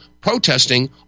protesting